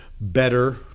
better